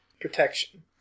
Protection